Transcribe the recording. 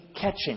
catching